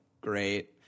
great